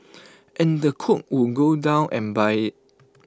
and the cook would go down and buy IT